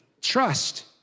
Trust